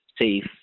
safe